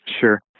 Sure